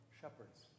shepherds